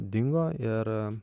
dingo ir